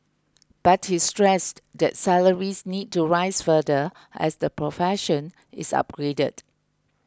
but he stressed that salaries need to rise further as the profession is upgraded